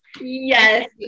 yes